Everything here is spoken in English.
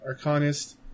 Arcanist